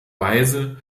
weise